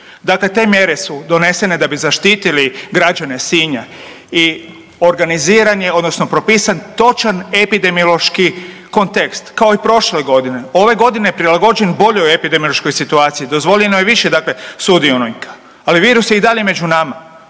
te mjere su donesene da bi zaštitili građane Sinja i organiziran je odnosno propisan točan epidemiološki kontekst, kao i prošle godine, ove godine prilagođen boljoj epidemiološkoj situaciji, dozvoljeno je više dakle sudionika, ali virus je i dalje među nama.